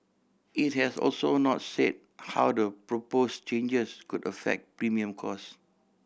it has also not say how the propose changes could affect premium cost